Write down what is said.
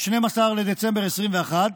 ב-12 בדצמבר 2021,